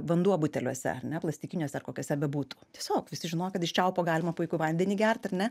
vanduo buteliuose ar ne plastikiniuose ar kokiuose bebūtų tiesiog visi žinojo kad iš čiaupo galima puikų vandenį gert ar ne